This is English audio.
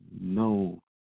no